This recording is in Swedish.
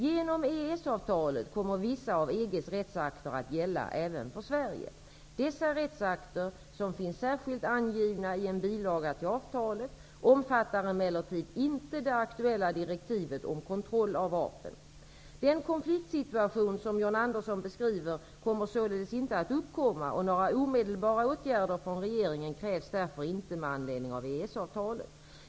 Genom EES-avtalet kommer vissa av EG:s rättsakter att gälla även för Sverige. Dessa rättsakter, som finns särskilt angivna i en bilaga till avtalet, omfattar emellertid inte det aktuella direktivet om kontroll av vapen. Den konfliktsituation som John Andersson beskriver kommer således inte att uppkomma, och några omedelbara åtgärder från regeringen krävs därför inte med anledning av EES-avtalet.